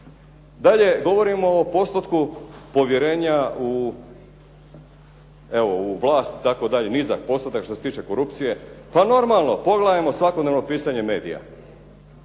Dalje, govorimo o postotku povjerenja u vlast itd. nizak postotak što se tiče korupcije. Pa normalno, pogledajmo svakodnevno pisanje medija.